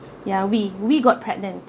yeah we we got pregnant